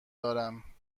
دارم